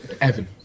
Evan